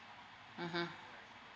mmhmm